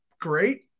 great